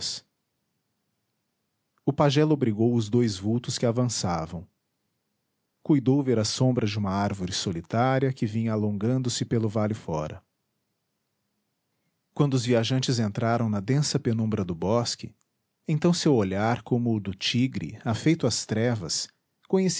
o pajé lobrigou os dois vultos que avançavam cuidou ver a sombra de uma árvore solitária que vinha alongando se pelo vale fora quando os viajantes entraram na densa penumbra do bosque então seu olhar como o do tigre afeito às trevas